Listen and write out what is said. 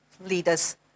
leaders